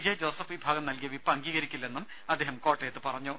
J Joseph വിഭാഗം നൽകിയ വിപ്പ് അംഗീകരിക്കില്ലെന്നും അദ്ദേഹം കോട്ടയത്ത് പറഞ്ഞു